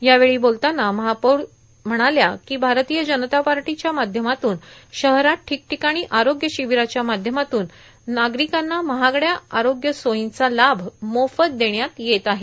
यावेळी बोलताना महापौर नंदा जिचकार म्हणाल्या भारतीय जनता पार्टाच्या माध्यमातून शहरात ठिकाठकाणी आरोग्य र्शिंबराच्या माध्यमातून नार्गारकांना महागड्या आरोग्य सोयींचा लाभ मोफत देण्यात येत आहे